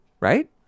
right